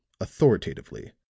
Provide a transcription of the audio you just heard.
authoritatively